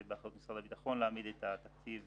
זה באחריות משרד הביטחון להעמיד את התקציב